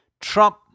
Trump